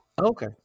Okay